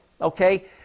okay